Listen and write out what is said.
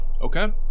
Okay